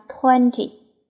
twenty